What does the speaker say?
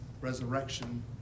resurrection